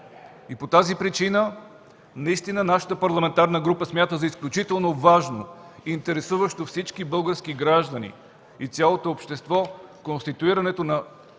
По тази причина наистина нашата парламентарна група смята за изключително важно, интересуващо всички български граждани и цялото общество конструирането на